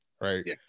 right